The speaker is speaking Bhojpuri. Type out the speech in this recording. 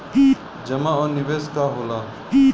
जमा और निवेश का होला?